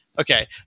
Okay